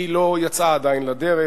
היא עדיין לא יצאה לדרך,